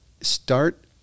Start